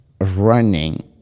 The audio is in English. running